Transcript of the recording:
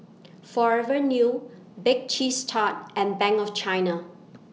Forever New Bake Cheese Tart and Bank of China